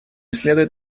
следует